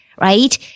right